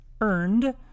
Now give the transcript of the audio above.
earned